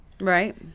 right